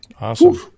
Awesome